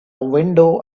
window